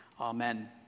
Amen